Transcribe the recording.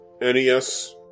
NES